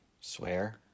Swear